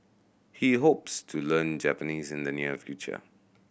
he hopes to learn Japanese in the near future